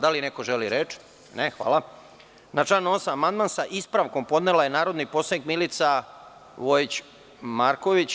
Da li neko želi reč? (Ne) Na član 8. amandman sa ispravkom podnela je narodni poslanik Milica Vojić Marković.